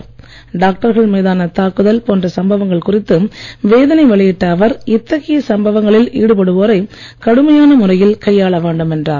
மீது டாக்டர்கள் மீதான தாக்குதல் போன்ற சம்பவங்கள் குறித்து வேதனை வெளியிட்ட அவர் இத்தகைய சம்பங்களில் ஈடுபடுவோரை கடுமையான முறையில் கையாள வேண்டும் என்றார்